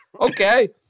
Okay